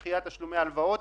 תשלומי דחיית תשלומי הלוואות